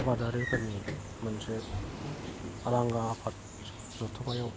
आबादारिफोरनि मोनसे हारांगा आफाद जथुम्मायाव